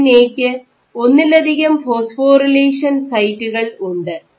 lamin A ക്ക് ഒന്നിലധികം phosphorylation സൈറ്റുകൾ ഉണ്ട്